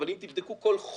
אבל אם תבדקו כל חומש,